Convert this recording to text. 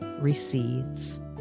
recedes